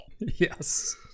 Yes